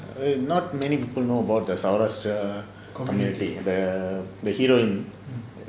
err not many people know about saurashtra community the the hero in